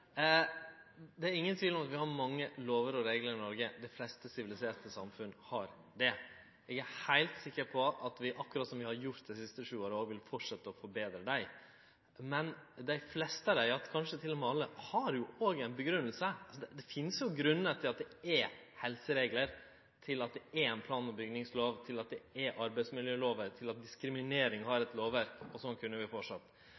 Det er ingen tvil om at vi har mange lover og reglar i Noreg – dei fleste siviliserte samfunn har det. Eg er heilt sikker på at vi, akkurat som vi har gjort dei siste sju åra, vil fortsetje å forbetre dei. Men dei fleste av dei, kanskje til og med alle, har òg ei grunngjeving. Det finst grunnar til at det er helsereglar, til at det er ei plan- og bygningslov, til at det er arbeidsmiljølover, til at diskriminering har eit lovverk – og slik kunne vi